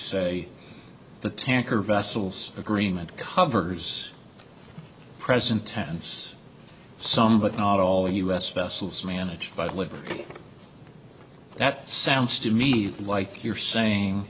say the tanker vessels agreement covers present tense some but not all u s vessels managed by the look that sounds to me like you're saying